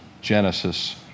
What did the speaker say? Genesis